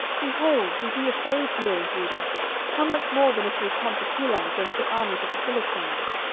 behold, we be afraid here in judah how much more then if we come to keilah against the armies of the philistines?